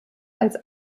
als